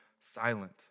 silent